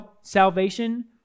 salvation